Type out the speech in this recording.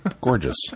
gorgeous